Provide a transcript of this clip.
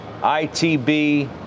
ITB